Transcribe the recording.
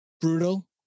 Brutal